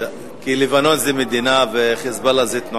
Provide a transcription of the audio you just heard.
לבנון זו מדינה ו"חיזבאללה" זו תנועה.